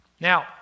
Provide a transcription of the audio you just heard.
Now